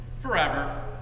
forever